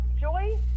Joy